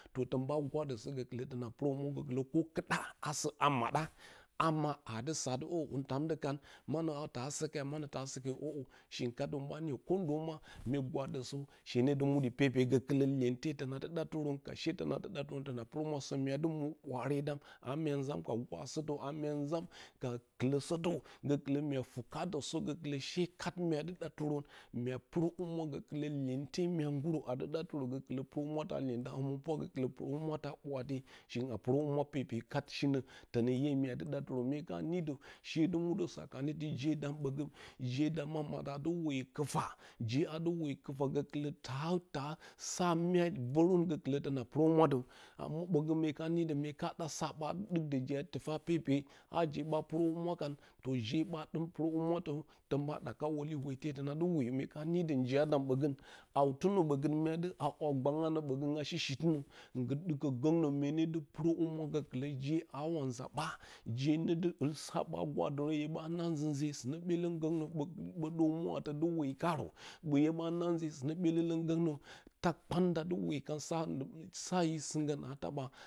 To tən ɓa gwadəsə gokulə tonə purohumura gokinlə ko kɨdra asə a mɗa amma adɨsadɨ oo hin tam də kan manə taa sə ke, manə taa sə ke oo shingu kat wun ɓa niyə kondəma mye gwadəsə she ne dɨ muɗi pepe gokɨlə luentə tonadɨ ɗa tɨrə ka she tonadatɨrə tona purohumwa sə mudɨ muro ɓwaaredam a mya nzam ka gwasətə a mya nzam ka kɨləsətə gukilə mya ngurə adɨ da tɨrə gulaɨ lə puroohumwota lyeuta həmɨnpwa gokɨla purohumwata bwatiye shiung a puro humwa pepe kat shingu shinə tənə iye dɨ da tɨriən mye ka nidə shedə muɗə jedam bəgən jedam a moɗa dɨ woyə kɨ kisa jeadɨ woyə kusa gokulə ta ta sa mya rorən gokulə dənə purohumwa də a muɗə go mya kun nidan mye ka ɗa su bu diko to tifa pepe a je ɓa purohamma kan je ɓa dimpaurohu mwadə dən ɓa ɗaka hurodyi vweh te tona dɨ woyə mye ta nidə ndiya dam bəgən houtə nə ɓəgən mya dɨ hawa haw gbanga nə ɓəgən ashi shsi tɨnə ngɨ dɨkə gonenə mye ne dɨ purohomura gokulə nje awa ua ɓa, je ne dɨ ulsa ba gwadarən hye ba ma nzi nze sinə byelong soughə dar mwa dɨ woyi karə ɓoye ma na me sɨ n byelolong goughə taa kpan ndadɨ wokan saisa yi singɨn a taba